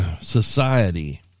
Society